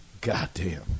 Goddamn